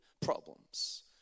problems